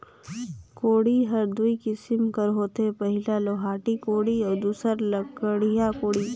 कोड़ी हर दुई किसिम कर होथे पहिला लोहाटी कोड़ी अउ दूसर लकड़िहा कोड़ी